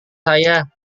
saya